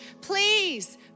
Please